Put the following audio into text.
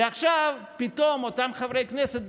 ועכשיו פתאום אותם חברי כנסת,